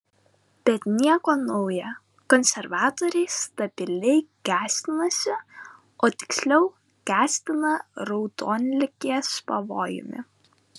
bet nieko nauja konservatoriai stabiliai gąsdinasi o tiksliau gąsdina raudonligės pavojumi